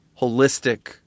holistic